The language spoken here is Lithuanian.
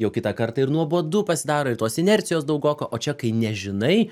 jau kitą kartą ir nuobodu pasidaro ir tos inercijos daugoka o čia kai nežinai